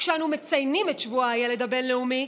כשאנו מציינים את שבוע הילד הבין-לאומי,